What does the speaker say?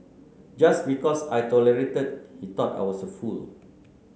just because I tolerated he thought I was a fool